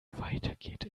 weitergeht